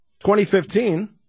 2015